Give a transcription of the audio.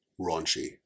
raunchy